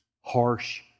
harsh